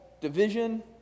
division